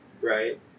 Right